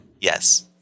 Yes